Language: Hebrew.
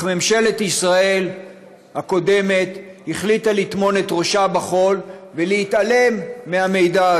אך ממשלת ישראל הקודמת החליטה לטמון את ראשה בחול ולהתעלם ממנו.